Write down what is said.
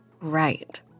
Right